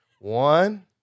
One